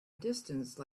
distance